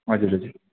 हजुर हजुर